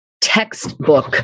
textbook